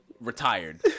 retired